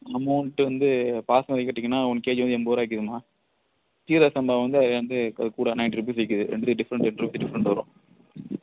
amount வந்து பாஸ்மதி கேட்டிங்கனால் one KG வந்து எண்பது ருபாய்க்கு வரும்மா சீரக சம்பா வந்து அது வந்து அது கூட நைன்டி ருபீஸ் விற்கிது ரெண்டுத்துக்கும் டிஃப்ரெண்ட் டென் ருபி டிஃப்ரண்ட் வரும்